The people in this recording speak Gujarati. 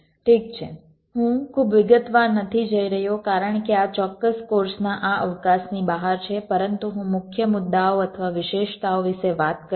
ઠીક છે હું ખૂબ વિગતવાર નથી જઈ રહ્યો કારણ કે તે આ ચોક્કસ કોર્સના આ અવકાશની બહાર છે પરંતુ હું મુખ્ય મુદ્દાઓ અથવા વિશેષતાઓ વિશે વાત કરીશ